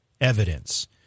evidence